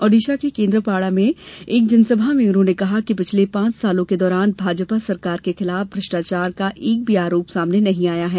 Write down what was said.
ओडिशा के केन्द्र पाड़ा में एक जनसभा में उन्होंने कहा कि पिछले पांच वर्षों के दौरान भाजपा सरकार के खिलाफ भ्रष्टाचार का एक भी आरोप सामने नहीं आया है